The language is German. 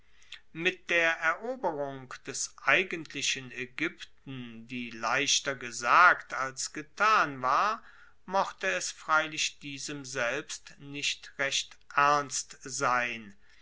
mit der eroberung des eigentlichen aegypten die leichter gesagt als getan war mochte es freilich diesem selbst nicht recht ernst sein